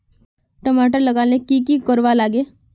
टमाटर लगा ले की की कोर वा लागे?